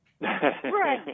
Right